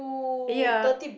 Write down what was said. ya